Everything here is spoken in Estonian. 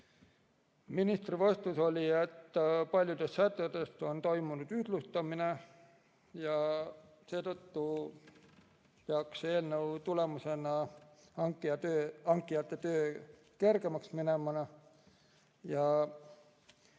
Ministri vastus oli, et paljudes sätetes on toimunud ühtlustamine ja seetõttu peaks eelnõu tulemusena hankijate töö kergemaks minema.